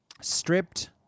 stripped